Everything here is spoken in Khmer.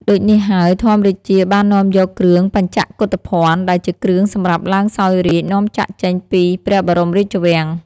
ដូចនេះហើយ ធម្មរាជាបាននាំយកគ្រឿងបញ្ចកកុធភណ្ឌ ដែលជាគ្រឿងសម្រាប់ឡើងសោយរាជ្យ នាំចាកចេញពីព្រះបរមរាជវាំង។